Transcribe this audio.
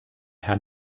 herr